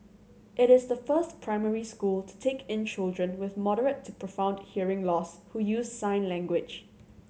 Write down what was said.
it is the first primary school to take in children with moderate to profound hearing loss who use sign language